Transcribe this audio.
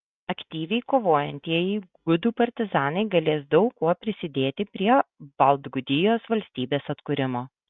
aktyviai kovojantieji gudų partizanai galės daug kuo prisidėti prie baltgudijos valstybės atkūrimo